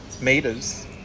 meters